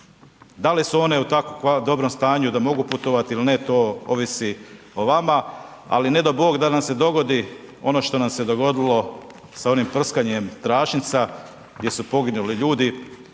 Da li su one u tako dobrom stanju da mogu putovati ili ne, to ovisi o vama, ali ne dao Bog da nam se dogodi ono što nam se dogodilo sa onim prskanjem tračnica gdje su poginuli ljudi,